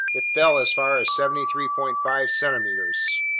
it fell as far as seventy three point five centimeters.